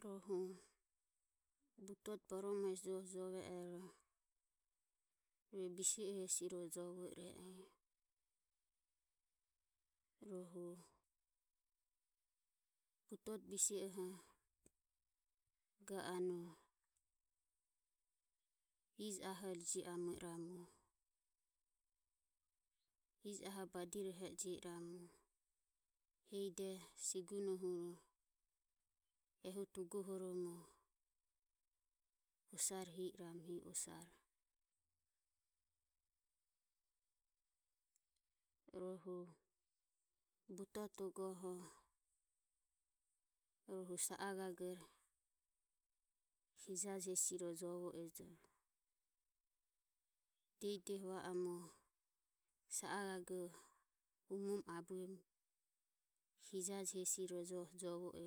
goho butote boromo hesi joe jove ero rue rohu bise o hesi joho jovo ire e. rohu butoto bise oho ga anue ijo ahore jio amo iramu ijo ahore badirohi iramu hehi de siguno ehuro huro tugoho romo osare hi iramu hehi osare rohu butoto goho rue sa a gagore hijaje hesi joho jovo ejo. dehidehi va oromo sa a gago umom abuem hijaje hesi joho jovo e.